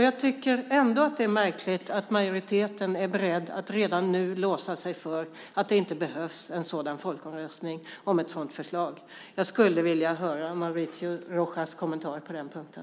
Jag tycker att det är märkligt att majoriteten är beredd att redan nu låsa sig för att det inte behövs en folkomröstning om ett sådant förslag. Jag skulle vilja höra Mauricio Rojas kommentar på den punkten.